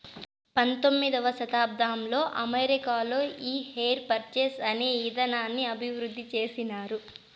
పంతొమ్మిదవ శతాబ్దంలో అమెరికాలో ఈ హైర్ పర్చేస్ అనే ఇదానాన్ని అభివృద్ధి చేసినారు